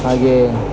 ಹಾಗೇ